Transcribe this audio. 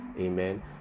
amen